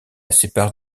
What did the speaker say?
sépare